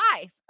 life